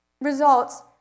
results